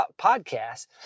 podcast